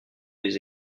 des